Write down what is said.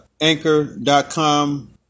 Anchor.com